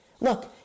Look